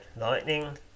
lightning